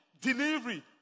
delivery